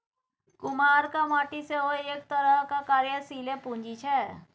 कुम्हराक माटि सेहो एक तरहक कार्यशीले पूंजी छै